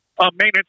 Maintenance